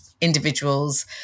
individuals